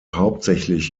hauptsächlich